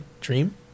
dream